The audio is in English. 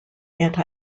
anti